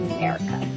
America